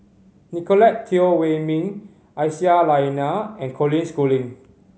Nicolette Teo Wei Min Aisyah Lyana and Colin Schooling